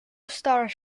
stars